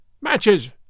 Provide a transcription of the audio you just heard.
Matches